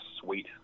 sweet